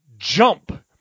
jump